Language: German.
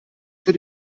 für